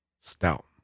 stout